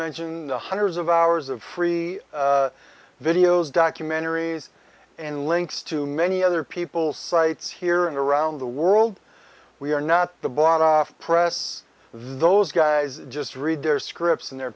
mention the hundreds of hours of free videos documentaries and links to many other people sites here and around the world we are not the bought off press those guys just read their scripts and they're